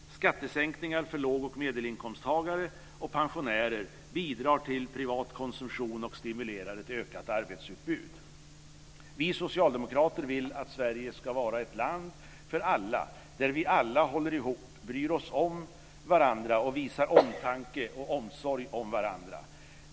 Skattesänkningar för låg och medelinkomsttagare och pensionärer bidrar till privat konsumtion och stimulerar ett ökat arbetsutbud. Vi socialdemokrater vill att Sverige ska vara ett land för alla, där vi alla håller ihop, bryr oss om varandra och visar omtanke och omsorg om varandra.